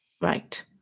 Right